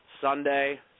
Sunday